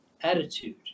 attitude